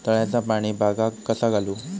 तळ्याचा पाणी बागाक कसा घालू?